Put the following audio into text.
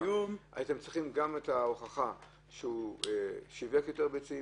הייתם צריכים גם את ההוכחה שהוא שיווק יותר ביצים